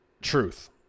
truth